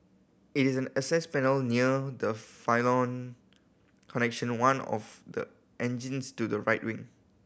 it is an access panel near the pylon connecting one of the engines to the right wing